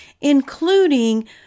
including